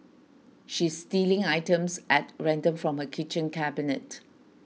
she's stealing items at random from her kitchen cabinet